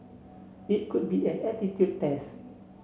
it could be an aptitude test